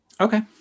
Okay